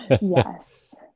Yes